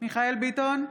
מיכאל מרדכי ביטון,